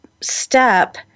step